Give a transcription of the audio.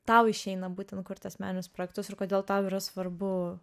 tau išeina būtent kurti asmeninius projektus ir kodėl tau yra svarbu